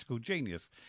genius